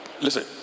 Listen